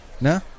No